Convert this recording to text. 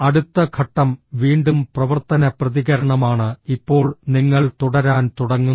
അടുത്ത ഘട്ടം വീണ്ടും പ്രവർത്തന പ്രതികരണമാണ് ഇപ്പോൾ നിങ്ങൾ തുടരാൻ തുടങ്ങുന്നു